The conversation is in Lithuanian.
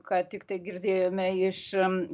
ką tiktai girdėjome iš